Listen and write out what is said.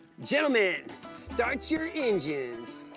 gentlemen, start your engines.